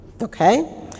okay